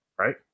right